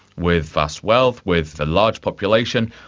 with vast wealth, with a large population,